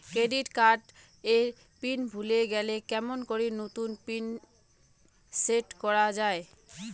Credit card এর pin ভুলে গেলে কেমন করি নতুন পিন সেট করা য়ায়?